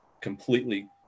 completely